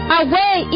away